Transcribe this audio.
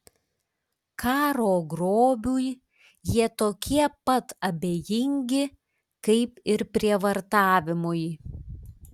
karo grobiui jie tokie pat abejingi kaip ir prievartavimui